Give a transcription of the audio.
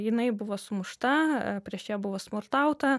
jinai buvo sumušta prieš ją buvo smurtauta